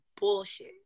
bullshit